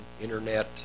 Internet